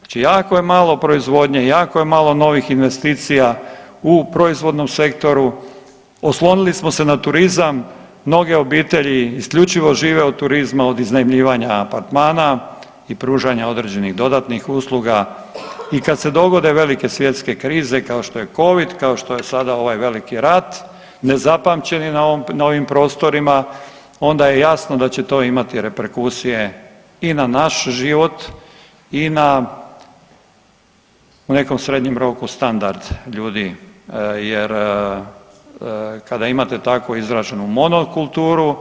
Znači jako je malo proizvodnje, jako je malo novih investicija u proizvodnom sektoru, oslonili smo se na turizam, mnoge obitelji isključivo žive od turizma od iznajmljivanja apartmana i pružanja određenih dodatnih usluga i kad se dogode velike svjetske krize kao što je Covid kao što je sada ovaj veliki rat, nezapamćeni na ovim prostorima onda je jasno da će to imati reperkusije i na naš život i na u nekom srednjem roku standard ljudi jer kada imate tako izraženu monokulturu